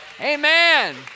Amen